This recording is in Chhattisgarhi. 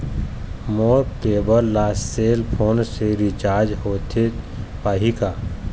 मोर केबल ला सेल फोन से रिचार्ज होथे पाही का?